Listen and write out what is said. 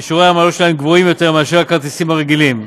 ושיעורי העמלות שלהם גבוהים משל הכרטיסים הרגילים,